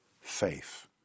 faith